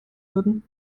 würden